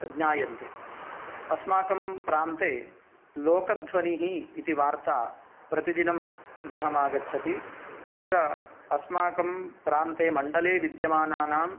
ज्ञायन्ते अस्माकं प्रान्ते लोकध्वनिः इति वार्ता प्रतिदिनं गृहमागच्छति यत्र अस्माकं प्रान्ते मण्डले विद्यमानानां